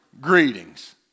greetings